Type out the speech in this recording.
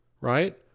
right